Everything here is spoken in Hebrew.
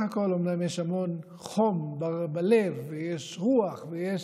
הכול אומנם יש המון חום בלב ויש רוח ויש